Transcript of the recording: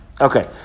okay